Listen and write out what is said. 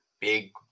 big